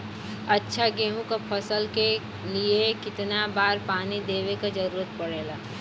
अच्छा गेहूँ क फसल के लिए कितना बार पानी देवे क जरूरत पड़ेला?